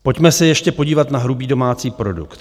Pojďme se ještě podívat na hrubý domácí produkt.